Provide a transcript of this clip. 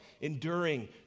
enduring